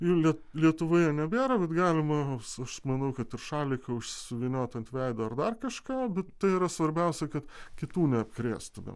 jų lie lietuvoje nebėra bet galima aš manau kad už šaliką už suvyniotą ant veido ar dar kažką bet tai yra svarbiausia kad kitų neapkrėstumėm